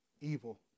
evil